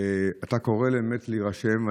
אתה קורא באמת להירשם,